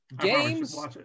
Games